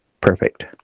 Perfect